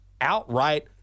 outright